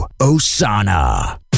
Osana